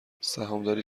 سهامداری